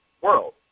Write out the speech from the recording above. world